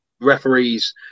referees